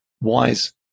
wise